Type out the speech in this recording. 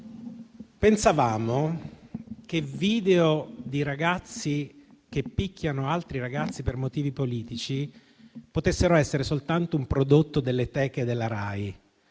pensavamo che video di ragazzi che picchiano altri ragazzi per motivi politici potessero essere soltanto un prodotto delle teche della RAI.